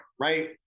Right